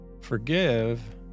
Forgive